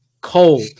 cold